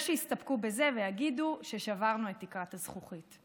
יש שיסתפקו בזה ויגידו ששברנו את תקרת הזכוכית.